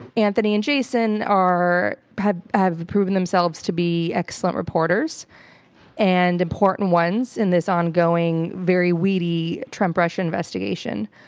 anthony and jason are, have have proven themselves to be excellent reporters and important ones in this ongoing, very weedy trump-russia investigation.